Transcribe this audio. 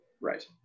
Right